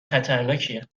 خطرناکیه